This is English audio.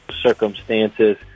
circumstances